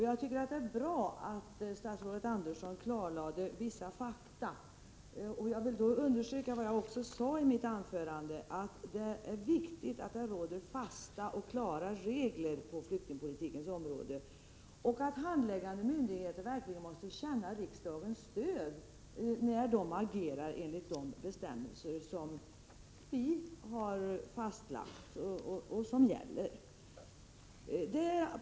Jag tycker att det är bra att statsrådet Andersson klarlade vissa fakta, och jag vill understryka vad jag sade i mitt anförande, att det är viktigt att det råder fasta och klara regler på flyktingpolitikens område samt att handläggande myndigheter verkligen känner riksdagens stöd, när de agerar enligt de bestämmelser som vi har fastlagt och som gäller.